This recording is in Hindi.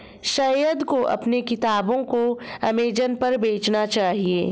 सैयद को अपने किताबों को अमेजन पर बेचना चाहिए